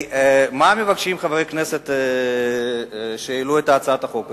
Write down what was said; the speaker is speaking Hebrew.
מה מבקשים חברי הכנסת שהעלו את הצעת החוק הזו?